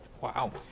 Wow